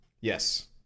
yes